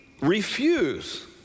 refuse